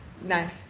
Nice